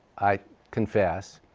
i confess.